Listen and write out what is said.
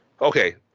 Okay